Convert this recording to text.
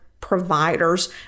Providers